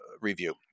review